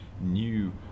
new